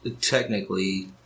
Technically